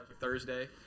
Thursday